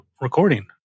recording